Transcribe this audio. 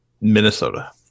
Minnesota